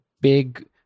big